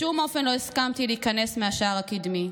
בשום אופן לא הסכמתי להיכנס מהשער הקדמי.